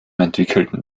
entwickelten